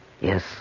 Yes